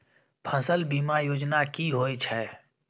फसल बीमा योजना कि होए छै?